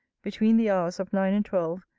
between the hours of nine and twelve,